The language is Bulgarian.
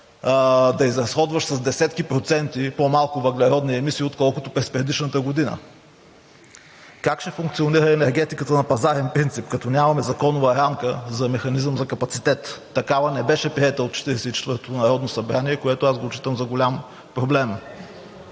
да изразходваш с десетки проценти по-малко въглеродни емисии, отколкото през предишната година? Как ще функционира енергетиката на пазарен принцип, като нямаме законова рамка за механизъм за капацитет? Такава не беше приета от Четиридесет и четвъртото народно събрание, което аз го отчитам за голям проблем.